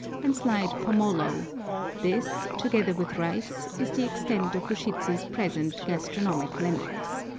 and sliced pomolo this, together with rice, is the extent of ushidzu's present gastronomic limits.